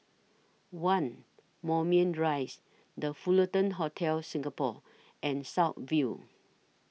one Moulmein Rise The Fullerton Hotel Singapore and South View